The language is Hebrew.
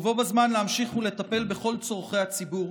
ובו בזמן להמשיך ולטפל בכל צורכי הציבור.